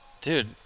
dude